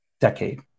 decade